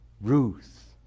Ruth